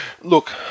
Look